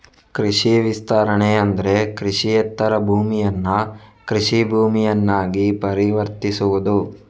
ಕೃಷಿ ವಿಸ್ತರಣೆ ಅಂದ್ರೆ ಕೃಷಿಯೇತರ ಭೂಮಿಯನ್ನ ಕೃಷಿ ಭೂಮಿಯನ್ನಾಗಿ ಪರಿವರ್ತಿಸುವುದು